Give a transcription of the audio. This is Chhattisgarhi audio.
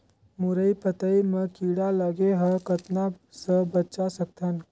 मुरई पतई म कीड़ा लगे ह कतना स बचा सकथन?